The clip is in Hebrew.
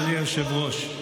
אדוני היושב-ראש,